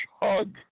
hug